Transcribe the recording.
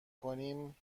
کنیم